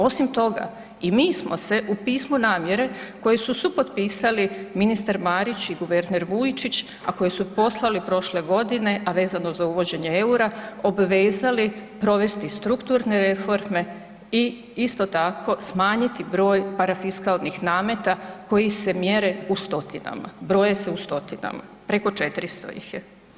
Osim toga, i mi smo se u pismu namjere koji su supotpisali ministar Marić i guverner Vujčić, a koji su poslali prošle godine, a vezano za uvođenje EUR-a obvezali provesti strukturne reforme i isto tako smanjiti broj parafiskalnih nameta koji se mjere u stotinama, broje se u stotinama, preko 400 ih je.